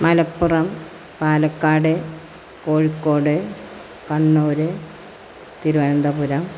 Malappuram Palakkad Kozhikode Kannur Thiruvananthapuram